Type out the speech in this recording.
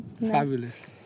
Fabulous